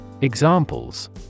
Examples